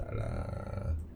err